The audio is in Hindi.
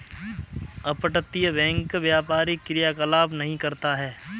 अपतटीय बैंक व्यापारी क्रियाकलाप नहीं करता है